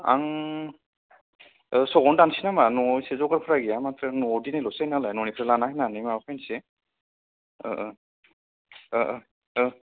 आं सख आवनो दानसै नामा न'आव एसे जगारफोरा गैया माथो न'आव दिनै ल'सै नालाय न'निफ्राय लाना फैना माबा फैनोसै